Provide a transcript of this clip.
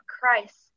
Christ